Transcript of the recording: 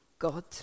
god